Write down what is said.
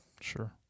Sure